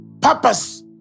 purpose